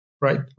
right